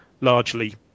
largely